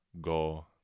go